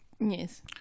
Yes